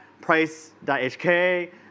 Price.HK